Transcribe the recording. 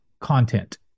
content